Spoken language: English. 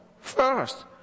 first